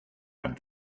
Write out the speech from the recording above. and